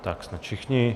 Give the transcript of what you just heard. Tak jste všichni.